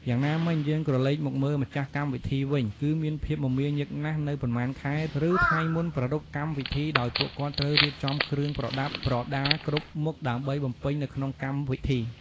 យ៉ាងណាមិញ យើងក្រឡេកមកមើលម្ចាស់កម្មវិធីវិញ គឺមានភាពមមាញឹកណាស់នៅប៉ុន្មានខែ ឫថ្ងៃមុនប្រារព្ធកម្មវិធីដោយពួកគាត់ត្រូវរៀបចំគ្រឿងប្រដា់ប្រដាគ្រប់មុខដើម្បីបំពេញនៅក្នុងកម្មវិធី។